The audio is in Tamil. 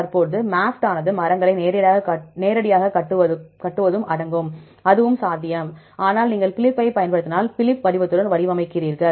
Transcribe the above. தற்போது MAFFT ஆனது மரங்களை நேரடியாகக் கட்டுவதும் அடங்கும் அதுவும் சாத்தியம் ஆனால் நீங்கள் பிலிப்பைப் பயன்படுத்தினால் பிலிப் வடிவத்துடன் வடிவமைக்கிறீர்கள்